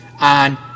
on